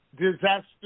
disaster